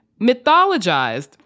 mythologized